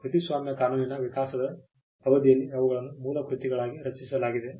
ಕೃತಿಸ್ವಾಮ್ಯ ಕಾನೂನಿನ ವಿಕಾಸದ ಅವಧಿಯಲ್ಲಿ ಅವುಗಳನ್ನು ಮೂಲ ಕೃತಿಗಳಾಗಿ ರಚಿಸಲಾಗಿದೆ